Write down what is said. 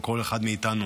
כל אחד מאיתנו